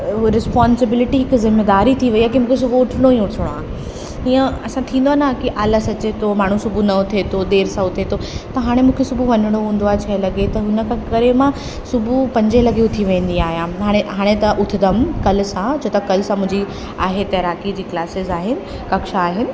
responsibility हिकु ज़िमेदारी थी वेई आहे कि मूंखे सुबुहु उथिणो ई उथिणो आहे हीअं असां थींदा न कि आलस अचे थो माण्हू सुबुहु न उथे थो देर सां उथे थो त हाणे मूंखे सुबुहु वञिणो हूंदो आहे छह लॻे त हुन खां करे मां सुबुहु पंजे लॻे उथी वेंदी आहियां हाणे हाणे त उथंदमि कल्ह सां छो त कल्ह सां मुंहिंजी आहे तैराकी जी क्लासिस आहिनि कक्षा आहिनि